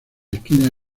esquinas